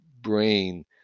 brain